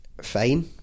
fine